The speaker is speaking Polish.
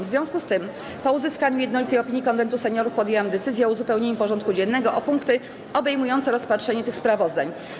W związku z tym, po uzyskaniu jednolitej opinii Konwentu Seniorów, podjęłam decyzję o uzupełnieniu porządku dziennego o punkty obejmujące rozpatrzenie tych sprawozdań.